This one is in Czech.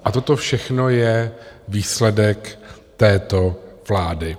A toto všechno je výsledek této vlády.